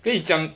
跟你讲